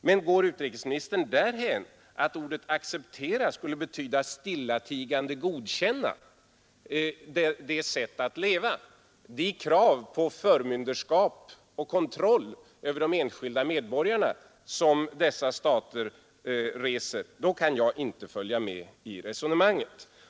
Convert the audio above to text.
Men går utrikesministern dithän att ordet acceptera skulle betyda att stillatigande godkänna sättet att leva i diktaturstaterna, det krav på förmynderskap och kontroll över de enskilda medborgarna som dessa stater reser, då kan jag inte följa med i resonemanget.